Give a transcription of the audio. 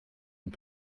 und